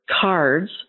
cards